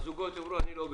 הזוגות יאמרו: אני לא ביטלתי,